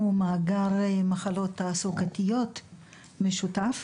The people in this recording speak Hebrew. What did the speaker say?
בזמנו מאגר מחלות תעסוקתיות משותף,